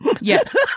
Yes